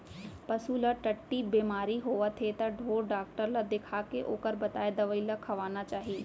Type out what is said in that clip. पसू ल टट्टी बेमारी होवत हे त ढोर डॉक्टर ल देखाके ओकर बताए दवई ल खवाना चाही